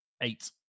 Eight